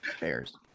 Bears